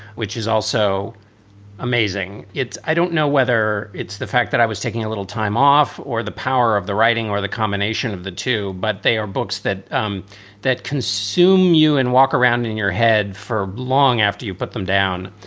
which is also amazing. it's i don't know whether it's the fact that i was taking a little time off or the power of the writing or the combination of the two. but they are books that um that consume you and walk around in your head for long after you put them down,